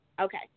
okay